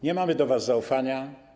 Nie mamy do was zaufania.